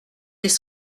des